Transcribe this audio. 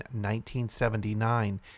1979